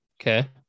Okay